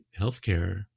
healthcare